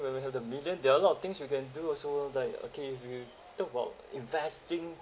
when we have the million there are a lot of things you can do also like okay if you talk about investing